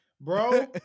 Bro